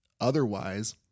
otherwise